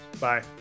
bye